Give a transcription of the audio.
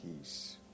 Peace